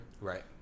Right